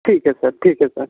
ठीक है सर ठीक है सर